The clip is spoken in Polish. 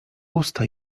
usta